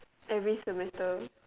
every semester